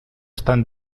estan